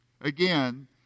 Again